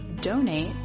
donate